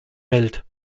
welt